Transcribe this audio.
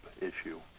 issue